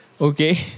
okay